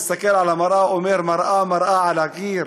מסתכל על המראה ואומר: מראה מראה שעל הקיר,